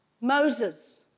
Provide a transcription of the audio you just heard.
Moses